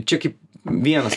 čia kaip vienas